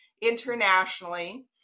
internationally